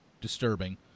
disturbing